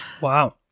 Wow